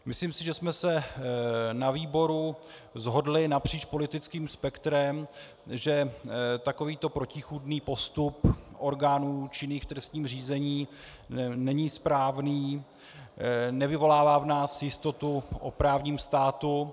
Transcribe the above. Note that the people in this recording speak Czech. Myslím si, že jsme se na výboru shodli napříč politickým spektrem, že takovýto protichůdný postup orgánů činných v trestním řízení není správný, nevyvolává v nás jistotu o právním státu.